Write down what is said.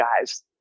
guys